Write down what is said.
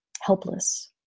helpless